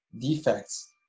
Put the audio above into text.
defects